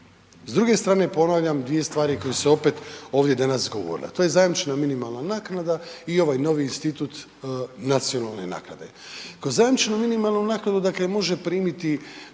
S druge strane ponavljam, dvije stvari koje su se opet ovdje danas govorile, a to je zajamčena minimalna naknada i ovaj novi institut nacionalne naknade. Kroz zajamčenu minimalnu naknadu dakle, može primiti